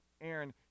Aaron